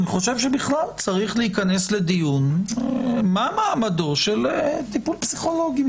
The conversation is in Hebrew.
אני חושב שבכלל צריך להיכנס לדיון מה מעמדו של טיפול פסיכולוגי,